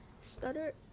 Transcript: stutter